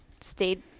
stayed